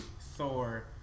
Thor